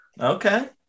Okay